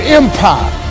empire